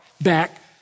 back